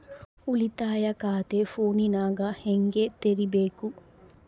ಉಳಿತಾಯ ಖಾತೆ ಫೋನಿನಾಗ ಹೆಂಗ ತೆರಿಬೇಕು?